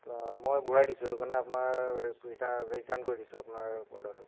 তাৰপৰা মই ঘূৰাই দিছোঁ সেইটো কাৰণে আপোনাৰ এই ৰিটাৰ্ণ কৰি দিছোঁ আপোনাৰ অৰ্ডাৰটো